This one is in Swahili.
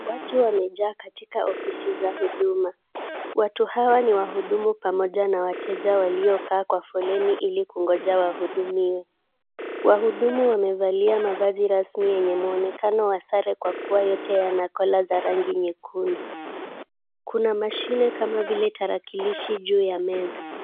Watu wamejaa katika ofisi za huduma. Watu hawa ni wahudumu pamoja na wateja waliokaa kwa foleni ili kungonja wahudumiwe. Wahudumu wamevalia mavazi rasmi yenye muonekano wa sare kwa kuwa yote yana collar za rangi nyekundu. Kuna mashine kama vile tarakilishi juu ya meza.